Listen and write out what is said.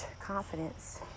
confidence